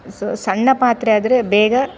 so ಸಣ್ಣ ಪಾತ್ರೆ ಆದರೆ ಬೇಗ